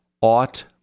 ought